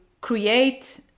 create